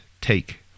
Take